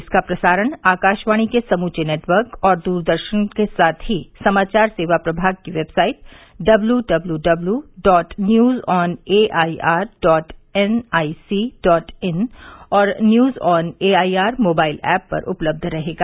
इसका प्रसारण आकाशवाणी के समूचे नेटवर्क और द्रदर्शन के साथ ही समाचार सेवा प्रभाग की website W W W dot news on A I R dot N I C dot in और news on A I R mobile app पर उपलब्ध रहेगा